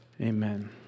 amen